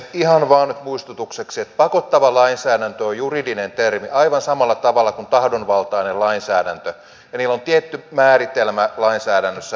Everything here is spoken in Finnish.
ihan vaan nyt muistutukseksi että pakottava lainsäädäntö on juridinen termi aivan samalla tavalla kuin tahdonvaltainen lainsäädäntö ja niillä on tietty määritelmä lainsäädännössä